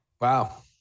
Wow